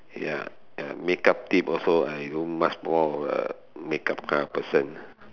ya makeup team also I do much more of a makeup kind of person